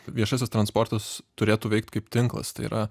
viešasis transportas turėtų veikt kaip tinklas tai yra